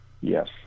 Yes